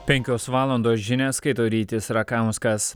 penkios valandos žinias skaito rytis rakauskas